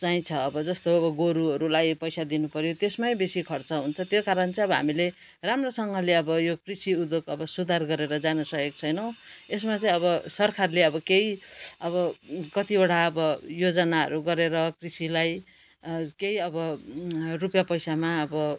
चाहिँ छ अब जस्तो गोरुहरूलाई पैसा दिनुपऱ्यो त्यसमै बेसी खर्च हुन्छ त्यो कारण चाहिँ अब हामीले राम्रोसँगले अब यो कृषि उद्योग अब सुधार गरेर जानु सकेको छैनौँ यसमा चाहिँ अब सरकारले अब केही अब कतिवटा अब योजनाहरू गरेर कृषिलाई केही अब रुपियाँ पैसामा अब